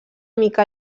mica